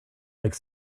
like